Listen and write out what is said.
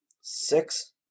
Six